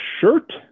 shirt